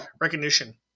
recognition